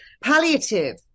palliative